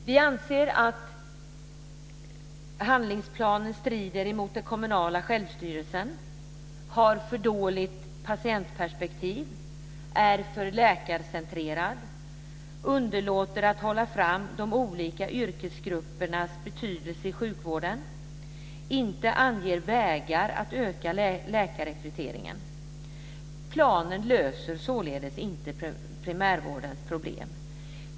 Vi anser att handlingsplanen strider emot den kommunala självstyrelsen, har för dåligt patientperspektiv, är för läkarcentrerad, underlåter att hålla fram de olika yrkesgruppernas betydelse i sjukvården och inte anger vägar att öka läkarrekryteringen. Planen löser således inte primärvårdens problem.